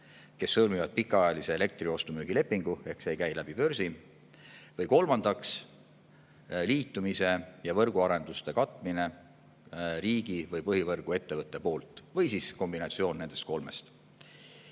kes sõlmivad pikaajalise elektri ostu-müügilepingu, ehk see ei käi läbi börsi; või kolmandaks, liitumise ja võrguarendused katab riigi- või põhivõrguettevõte. Või siis on kombinatsioon nendest kolmest.